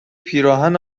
پیراهن